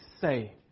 say